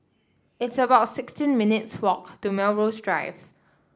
it's about sixteen minutes' walk to Melrose Drive